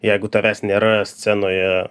jeigu tavęs nėra scenoje